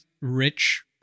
rich